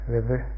River